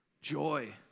Joy